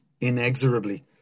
inexorably